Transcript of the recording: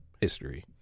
history